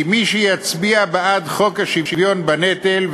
כי מי שיצביע בעד חוק השוויון בנטל,